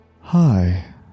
hi